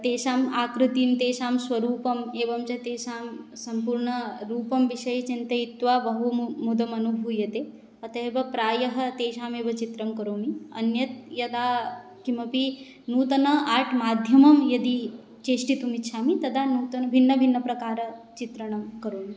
तेषाम् आकृतिं तेषां स्वरूपम् एवं च तेषां सम्पूर्णरूपविषये चिन्तयित्वा बहु मु मोदः अनुभूयते अतः एव प्रायः तेषामेव चित्रं करोमि अन्यत् यदा किमपि नूतन आर्ट् माध्यमं यदि चित्रितुम् इच्छामि तदा नूतनभिन्नभिन्नप्रकारचित्रणं करोमि